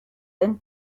and